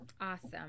awesome